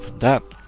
that.